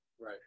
Right